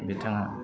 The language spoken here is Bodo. बिथाङा